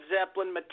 Zeppelin